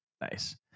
nice